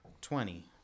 twenty